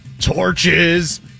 torches